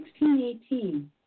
1618